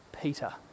Peter